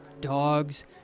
dogs